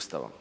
Ustavom.